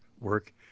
work